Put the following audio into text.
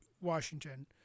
Washington